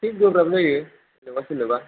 थिग गोब्राब जायो सोरनोबा सोरनोबा